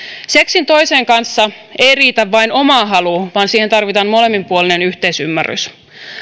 seksiin toisen kanssa ei riitä vain oma halu vaan siihen tarvitaan molemminpuolinen yhteisymmärrys